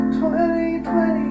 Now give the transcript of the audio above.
2020